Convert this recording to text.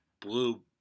blue